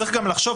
צריך לחשוב,